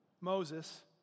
Moses